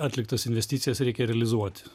atliktas investicijas reikia realizuot